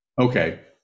Okay